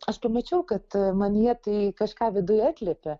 aš pamačiau kad manyje tai kažką viduj atliepė